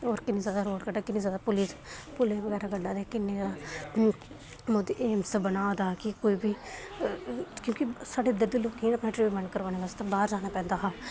होर किन्ने जैदा रोड़ कड्ढे किन्ने जैदा पूलियां बगैरा कड्ढा दे मोदी एह् सब बना दा कि कोई बी क्योंकि इद्धर दे लोकें गी ट्रीटमेंट कराने बास्तै बाह्र जाने पौंदा हा